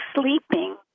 sleeping